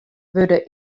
wurde